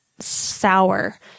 Sour